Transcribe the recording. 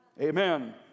amen